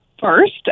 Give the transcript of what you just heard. first